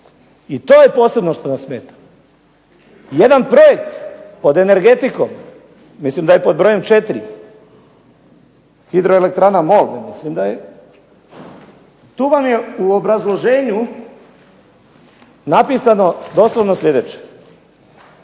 to je posebno što nas smeta, jedan projekt pod energetikom, mislim da je pod brojem 4, Hidroelektrana Molve mislim da je. Tu vam je u obrazloženju napisano doslovno sljedeće.